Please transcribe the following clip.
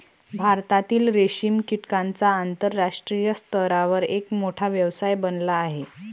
भारतातील रेशीम कीटकांचा आंतरराष्ट्रीय स्तरावर एक मोठा व्यवसाय बनला आहे